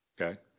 Okay